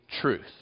truth